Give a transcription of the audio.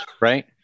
right